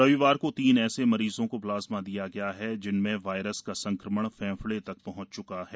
रविवार को तीन ऐसे मरीजों को प्लाज्मा दिया गया है जिनमें वायरस का संक्रमण फेफड़े तक पहंच च्का है